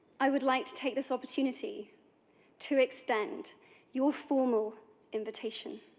i would like to take this opportunity to extend your formal invitation.